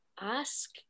ask